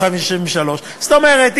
1953. זאת אומרת,